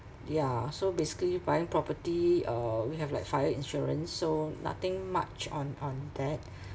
yeah so basically buying property uh we have like fire insurance so nothing much on on that